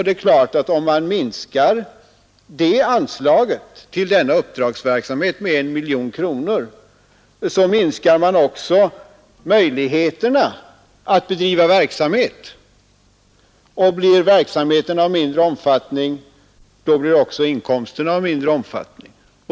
Det är klart att om man minskar anslaget till denna uppdragsverksamhet med 1 miljon kronor, minskar man också möjligheterna att bedriva verksamheten, och blir verksamheten av mindre omfattning sjunker inkomsterna.